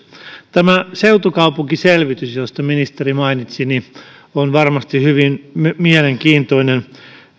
tämä seutukaupunkiselvitys josta ministeri mainitsi on varmasti hyvin mielenkiintoinen